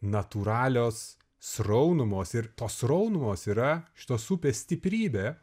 natūralios sraunumos ir tos sraunumos yra šitos upės stiprybė